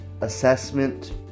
Assessment